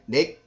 Nick